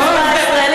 הכוונה שלך,